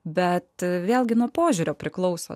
bet vėlgi nuo požiūrio priklauso